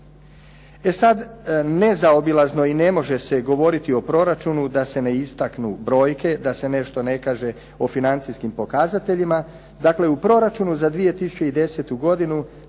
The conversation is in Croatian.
E sad, nezaobilazno i ne može se govoriti o proračunu da se ne istaknu brojke, da se nešto ne kaže o financijskim pokazateljima. Dakle, u proračunu za 2010. godinu